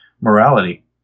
morality